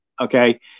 okay